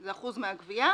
זה אחוז מהגבייה,